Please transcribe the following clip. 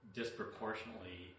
disproportionately